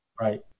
Right